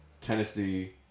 Tennessee